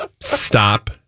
Stop